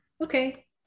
Okay